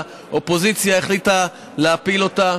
והאופוזיציה החליטה להפיל אותה.